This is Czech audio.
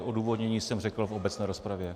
Odůvodnění jsem řekl v obecné rozpravě.